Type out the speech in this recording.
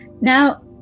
Now